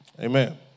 Amen